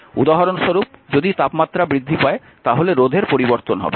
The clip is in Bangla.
উদাহরণস্বরূপ যদি তাপমাত্রা বৃদ্ধি পায় তাহলে রোধের পরিবর্তন হবে